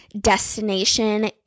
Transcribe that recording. destination